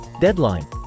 Deadline